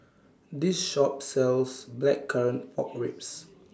This Shop sells Blackcurrant Pork Ribs